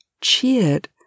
cheered